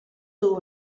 duu